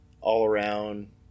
all-around